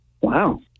Wow